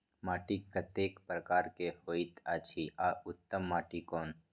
माटी कतेक प्रकार के होयत अछि आ उत्तम माटी कोन?